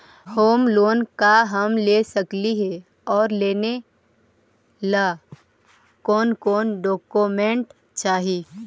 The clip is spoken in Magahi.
होम लोन का हम ले सकली हे, और लेने ला कोन कोन डोकोमेंट चाही?